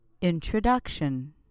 Introduction